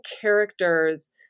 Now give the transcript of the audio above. characters